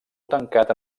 tancat